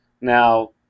Now